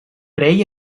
rei